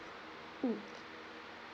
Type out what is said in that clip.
mm